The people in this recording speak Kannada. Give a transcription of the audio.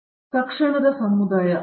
ಪ್ರೊಫೆಸರ್ ರಾಜೇಶ್ ಕುಮಾರ್ ತಕ್ಷಣದ ಸಮುದಾಯ